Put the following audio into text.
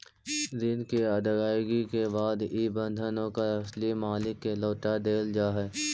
ऋण के अदायगी के बाद इ बंधन ओकर असली मालिक के लौटा देल जा हई